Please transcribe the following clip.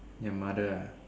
your mother ah